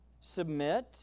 submit